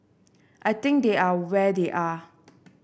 I think they are where they are